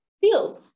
field